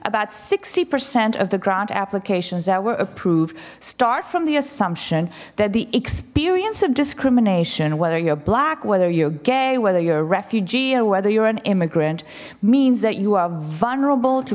about sixty percent of the grant applications that were approved start from the assumption that the experience of discrimination whether you're black whether you're gay whether you're a refugee or whether you're an immigrant means that you